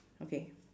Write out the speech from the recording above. okay